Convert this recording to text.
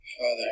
Father